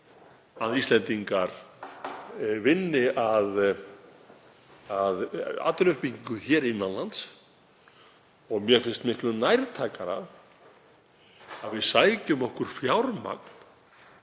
að Íslendingar vinni að atvinnuuppbyggingu hér innan lands og mér finnst miklu nærtækara að við sækjum okkur fjármagn,